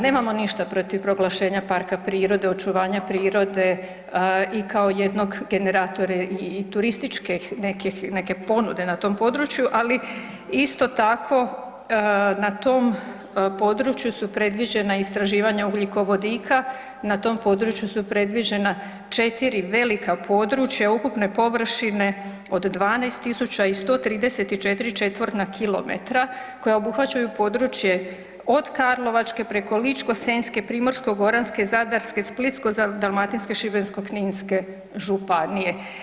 Nemamo ništa protiv proglašenja parka prirode, očuvanja prirode i kao jednog generatora i turističkih nekih, neke ponude na tom području, ali isto tako na tom području su predviđena istraživanja ugljikovodika, na tom području su predviđena 4 velika područja ukupne površine od 12134 četvorna kilometra koja obuhvaćaju područje od Karlovačke preko Ličko-senjske, Primorsko-goranske, Zadarske, Splitsko-dalmatinske, Šibensko-kninske županije.